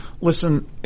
Listen